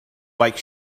like